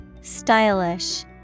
Stylish